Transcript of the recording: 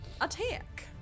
attack